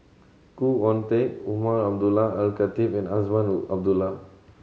Khoo Oon Teik Umar Abdullah Al Khatib and Azman Abdullah